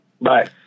bye